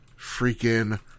freaking